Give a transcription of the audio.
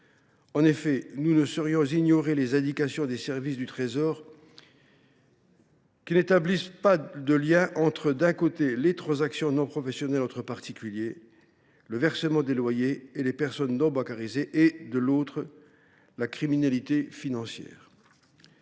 En effet, nous ne saurions ignorer les indications des services du Trésor, qui n’établissent pas de lien entre, d’un côté, les transactions non professionnelles entre particuliers, le versement des loyers et les personnes non bancarisées et, de l’autre, la criminalité financière.